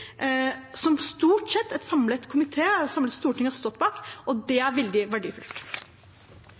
som stort sett en samlet komité, et samlet storting, har stått bak. Det er veldig verdifullt.